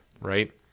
right